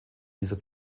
dieser